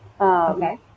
okay